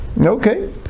Okay